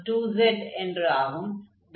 p2z என்று ஆகும்